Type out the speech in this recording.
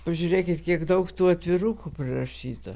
pažiūrėkit kiek daug tų atvirukų prirašyta